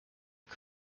her